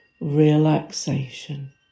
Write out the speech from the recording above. relaxation